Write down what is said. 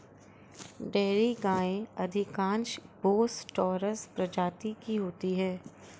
dairy गायें अधिकांश बोस टॉरस प्रजाति की होती हैं